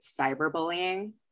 cyberbullying